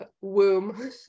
womb